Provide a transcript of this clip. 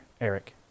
Eric